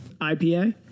IPA